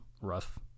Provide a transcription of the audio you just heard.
rough